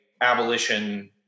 abolition